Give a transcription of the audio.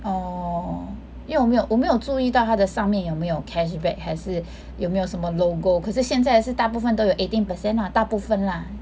orh 因为我没有我没有注意到他的上面有没有 cashback 还是有没有什么 logo 可是现在是大部分都有 eighteen per cent lah 大部分 lah